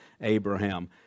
Abraham